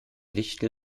wichtel